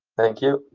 thank you.